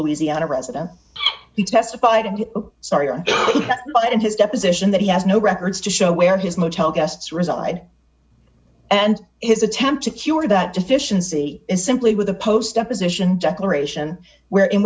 louisiana resident he testified and sorry but in his deposition that he has no records to show where his motel guests reside and his attempt to cure that deficiency is simply with the post deposition declaration where in